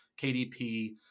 KDP